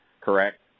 correct